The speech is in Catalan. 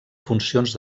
funcions